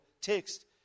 text